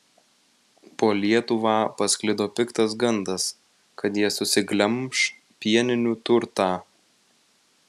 po lietuvą pasklido piktas gandas kad jie susiglemš pieninių turtą